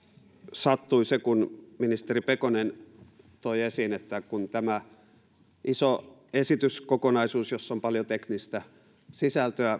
sattui se kun ministeri pekonen toi esiin että kun tämä iso esityskokonaisuus jossa on myös paljon teknistä sisältöä